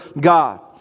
God